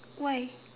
why